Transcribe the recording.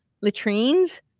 latrines